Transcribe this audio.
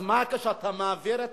אז מה, כשאתה מעביר את